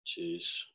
Jeez